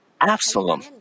Absalom